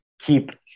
keep